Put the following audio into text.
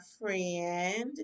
friend